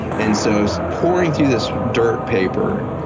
and so so pouring through this dirt paper.